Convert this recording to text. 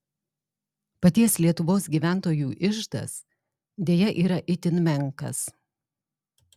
paties lietuvos gyventojų iždas deja yra itin menkas